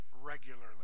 regularly